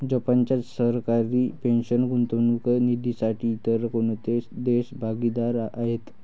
जपानच्या सरकारी पेन्शन गुंतवणूक निधीसाठी इतर कोणते देश भागीदार आहेत?